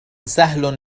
سهل